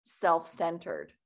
self-centered